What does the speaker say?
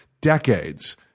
decades